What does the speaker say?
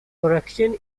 correction